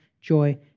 joy